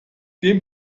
dem